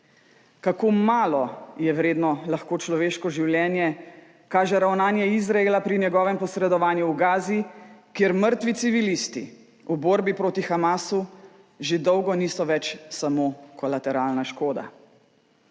Kako malo vredno je lahko človeško življenje, kaže ravnanje Izraela pri njegovem posredovanju v Gazi, kjer mrtvi civilisti v borbi proti Hamasu že dolgo niso več samo kolateralna škoda.